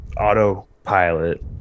autopilot